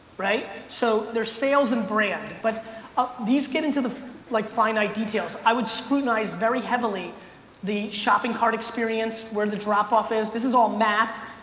right? so there's sales and brand. but ah these get into the like finite details. i would scrutinize very heavily the shopping cart experience where the drop-off is. this is all math.